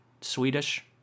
Swedish